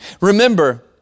Remember